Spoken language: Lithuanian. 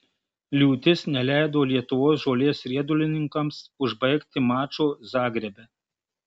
liūtis neleido lietuvos žolės riedulininkams užbaigti mačo zagrebe